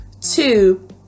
Two